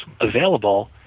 available